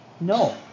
No